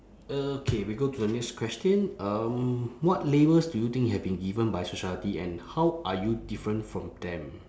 okay we go to the next question um what labels do you think have been given by society and how are you different from them